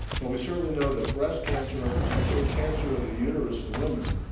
but we certainly know that breast cancer, and particularly cancer of the uterus in women,